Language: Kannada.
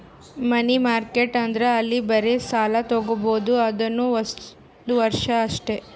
ಮನಿ ಮಾರ್ಕೆಟ್ ಅಂದುರ್ ಅಲ್ಲಿ ಬರೇ ಸಾಲ ತಾಗೊಬೋದ್ ಅದುನೂ ಒಂದ್ ವರ್ಷ ಅಷ್ಟೇ